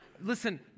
Listen